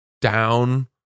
down